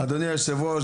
אדוני היושב-ראש,